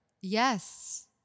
Yes